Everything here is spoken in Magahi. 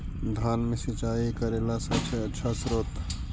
धान मे सिंचाई करे ला सबसे आछा स्त्रोत्र?